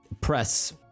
press